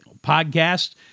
podcast